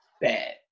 bad